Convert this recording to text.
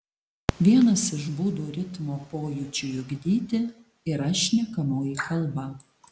vienas iš būdų ritmo pojūčiui ugdyti yra šnekamoji kalba